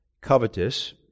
covetous